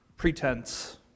pretense